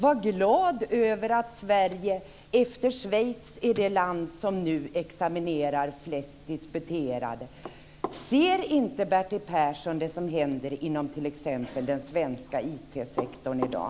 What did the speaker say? Var glad över att Sverige efter Schweiz är det land som nu har flest disputerade! Ser inte Bertil Persson det som händer inom t.ex. den svenska IT-sektorn i dag?